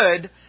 good